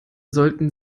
sollten